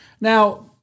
now